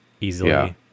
easily